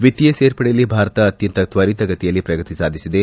ವಿತ್ತೀಯ ಸೇರ್ಪಡೆಯಲ್ಲಿ ಭಾರತ ಅತ್ಯಂತ ತ್ವರಿತ ಗತಿಯಲ್ಲಿ ಪ್ರಗತಿ ಸಾಧಿಸಿದೆ